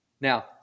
Now